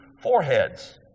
foreheads